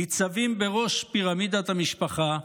ניצבים בראש פירמידת המשפחה,